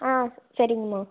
ஆ சரிங்கம்மா